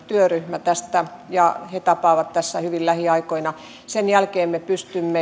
työryhmä tästä ja he tapaavat tässä hyvin lähiaikoina sen jälkeen me pystymme